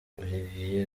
olivier